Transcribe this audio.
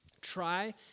Try